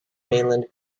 mainland